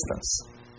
distance